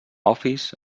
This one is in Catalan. office